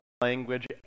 language